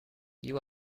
you